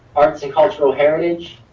arts and cultural heritage,